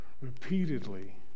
repeatedly